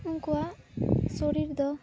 ᱩᱱᱠᱩᱣᱟᱜ ᱥᱚᱨᱤᱨ ᱫᱚ